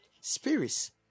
Spirits